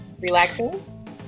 relaxing